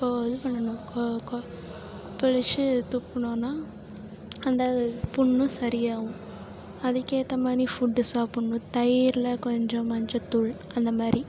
இது பண்ணணும் கொப்பளித்து துப்பினோம்னா அந்த புண்ணும் சரியாகும் அதுக்கேற்ற மாதிரி ஃபுட்டு சாப்பிட்ணும் தயிரில் கொஞ்சம் மஞ்சத்தூள் அந்த மாதிரி